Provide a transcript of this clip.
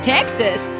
Texas